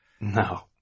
No